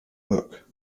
book